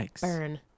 Burn